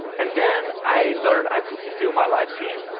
and then i learned i could fulfill my life dream.